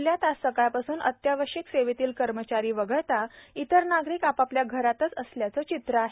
जिल्ह्यात आज सकाळपासून अत्यावश्यक सेवेतले कर्मचारी वगळता इतर नागरिक आपापल्या घरातच असल्याचं चित्र आहे